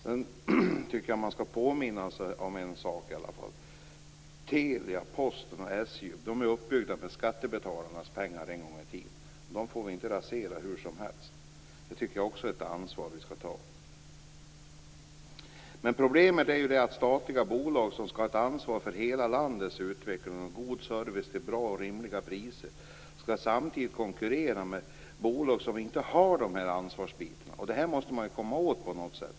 Jag tycker att man skall påminna om att Telia, Posten och SJ en gång i tiden byggdes upp med skattebetalarnas pengar. Därför får de inte raseras hur som helst. Det är ett ansvar som vi måste ta. Men problemet är att statliga bolag som skall ta ansvar för hela landets utveckling och ge en god service till bra och rimliga priser samtidigt skall konkurrera med bolag som inte har detta ansvar. Detta måste man komma åt på något sätt.